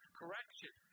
correction